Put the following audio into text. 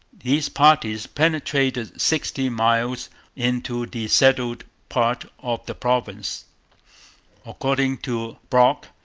these parties penetrated sixty miles into the settled part of the province according to brock,